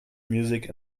music